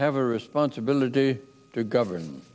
have a responsibility to govern